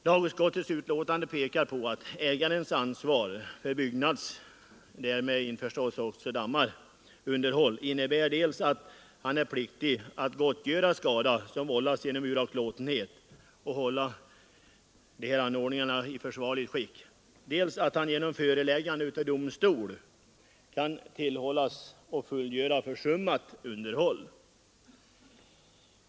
Lagutskottet pekar på att ägarens ansvar för byggnaders — därmed införstås också dammar — underhåll innebär dels att han är pliktig att gottgöra skada som vållats genom uraktlåtenhet att hålla anordningen i försvarligt skick, dels att han genom föreläggande av domstol kan tillhållas att fullgöra försummat underhåll.